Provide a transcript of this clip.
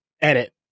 edit